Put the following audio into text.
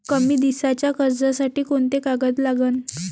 कमी दिसाच्या कर्जासाठी कोंते कागद लागन?